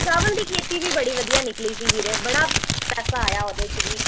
ਚਾਵਲ ਦੀ ਖੇਤੀ ਵੀ ਬੜੀ ਵਧੀਆ ਨਿਕਲੀ ਸੀ ਵੀਰੇ ਬੜਾ ਪੈਸਾ ਆਇਆ ਉਹਦੇ 'ਚ ਵੀ